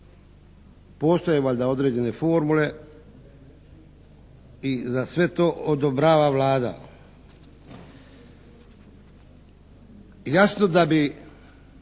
Postoje valjda određene formule i da sve to odobrava Vlada. Jasno da bi